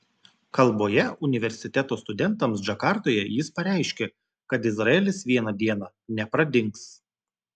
kalboje universiteto studentams džakartoje jis pareiškė kad izraelis vieną dieną nepradings